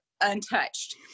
untouched